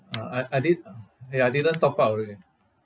uh I I did uh ya I didn't top up already